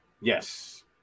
Yes